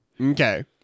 Okay